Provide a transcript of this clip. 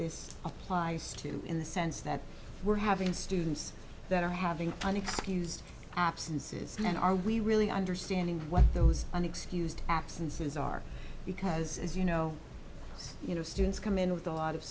this applies to in the sense that we're having students that are having an excused absences then are we really understanding what those unexcused absences are because as you know you know students come in with a lot of